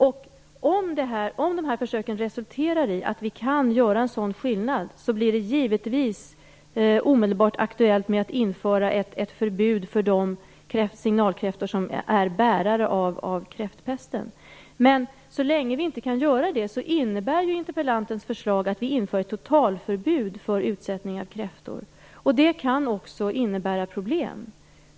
Om försöken resulterar i att vi kan göra en sådan skillnad blir det givetvis omedelbart aktuellt med att införa ett förbud för de signalkräftor som är bärare av kräftpesten. Så länge vi inte kan göra det innebär interpellantens förslag att vi inför ett totalförbud för utsättning av kräftor. Det kan också innebära problem.